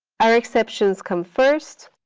our exceptions comes first.